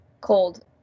cold